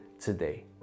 today